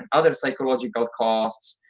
other psychological costs.